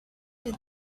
did